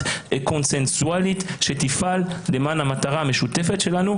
קונצנזואלית שתפעל למען המטרה המשותפת שלנו,